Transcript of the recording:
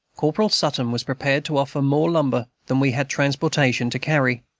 corporal sutton was prepared to offer more lumber than we had transportation to carry.